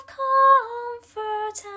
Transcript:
comfort